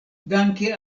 danke